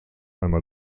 einmal